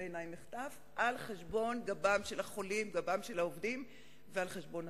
יש בעיה אחת, של עובדי כוח-האדם,